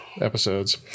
episodes